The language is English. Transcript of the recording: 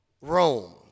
Rome